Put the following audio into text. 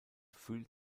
fühlt